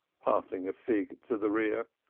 passing a fig to the rear,